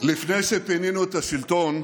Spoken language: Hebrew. לפני שפינינו את השלטון,